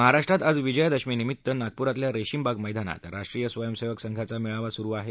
महाराष्ट्रात आज विजयादशमी निमीत्त नागपूरातल्या रेशीमबाग मैदानात राष्ट्रीय स्वयंसेवक संघाचा मेळावा सुरु आहे